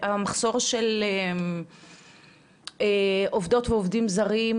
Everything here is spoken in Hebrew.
המחסור של עובדות ועובדים זרים,